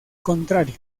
contrario